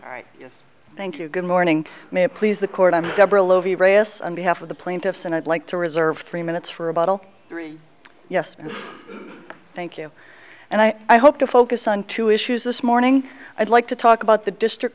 right thank you good morning may it please the court i'm on behalf of the plaintiffs and i'd like to reserve three minutes for a bottle three yes thank you and i hope to focus on two issues this morning i'd like to talk about the district